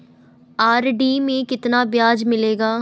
RD में कितना ब्याज मिलेगा?